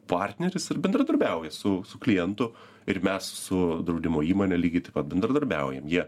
partneris ir bendradarbiauja su su klientu ir mes su draudimo įmone lygiai taip pat bendradarbiaujam jie